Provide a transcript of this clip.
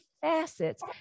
facets